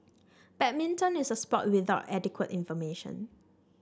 badminton is a sport without adequate information